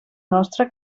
nostra